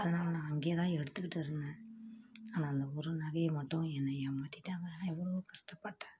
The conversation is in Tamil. அதனால நான் அங்கேயேதான் எடுத்துக்கிட்டு இருந்தேன் ஆனால் அந்த ஒரு நகையை மட்டும் என்னை ஏமாத்திட்டாங்க எவ்வளோ கஷ்டப்பட்டேன்